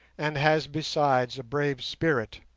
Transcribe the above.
and has besides a brave spirit.